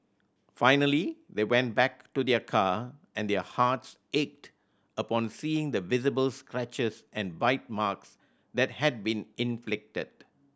finally they went back to their car and their hearts ached upon seeing the visibles scratches and bite marks that had been inflicted